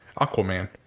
Aquaman